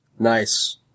Nice